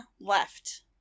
left